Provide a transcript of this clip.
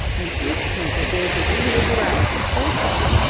and each painter gave his individuality full play.